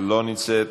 אינה נוכחת,